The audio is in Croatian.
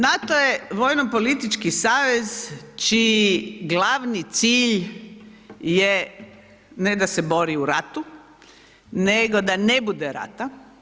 NATO je vojno politički savez čiji glavni cilj je, ne da se bori u ratu, nego da ne bude rata.